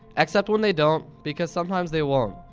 except when they don't. because sometimes they won't.